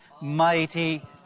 mighty